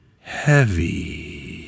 heavy